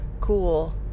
cool